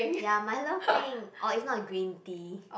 ya Milo peng or if not a green tea